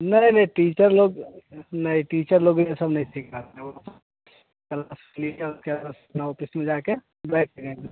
नहीं नहीं टीचर लोग नहीं टीचर लोग ये सब नहीं सिखाते वह तो कलास लिए और क्या बस ऑफिस में जा कर बैठ गए